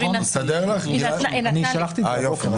היא נתנה לי תשובה.